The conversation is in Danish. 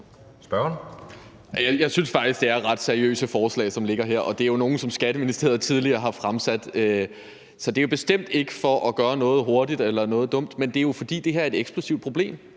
(SF): Jeg synes faktisk, det er ret seriøse forslag, som ligger her, og det er jo nogle, som Skatteministeriet tidligere har fremsat. Så det er bestemt ikke for at gøre noget hurtigt eller noget dumt, men det er jo, fordi det her er et eksplosivt problem.